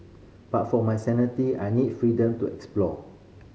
but for my sanity I need freedom to explore